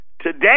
Today